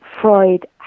Freud